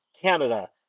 Canada